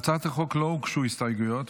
להצעת החוק לא הוגשו הסתייגויות,